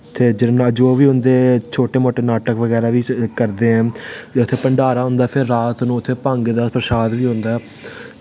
उत्थें जिन्ना जो बी औंदे छोटे मोटे नाटक बगैरा बी करदे ऐ उत्थै भण्डारा होंदा फिर रात नूं उत्थें भंग दा परशाद बी होंदा ऐ